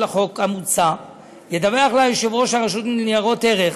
החוק המוצע ידווח לה יושב-ראש רשות ניירות ערך